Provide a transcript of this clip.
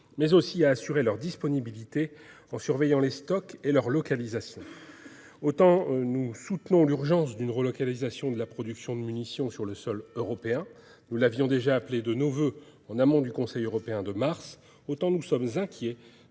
mais aussi à assurer leur disponibilité, en surveillant les stocks et leur localisation. Autant nous soutenons l'urgence d'une relocalisation de la production de munitions sur le sol européen- nous l'avons déjà appelée de nos voeux en amont du Conseil européen de mars -, autant nous sommes inquiets